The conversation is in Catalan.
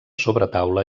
sobretaula